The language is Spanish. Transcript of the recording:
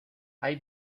hay